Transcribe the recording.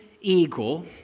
eagle